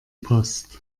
post